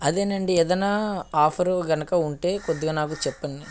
అదేనండి ఏదైనా ఆఫర్ కనుక ఉంటే కొద్దిగా నాకు చెప్పండి